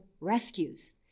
rescues